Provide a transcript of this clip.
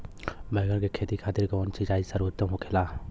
बैगन के खेती खातिर कवन सिचाई सर्वोतम होखेला?